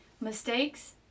Mistakes